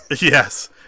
Yes